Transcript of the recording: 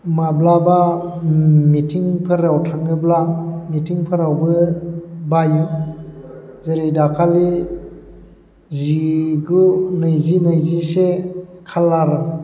माब्लाबा मिथिंफोराव थाङोब्ला मिथिंफोरावबो बायो जेरै दाखालि जिगु नैजि नैजिसे खालार